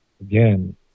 again